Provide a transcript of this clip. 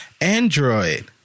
Android